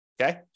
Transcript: okay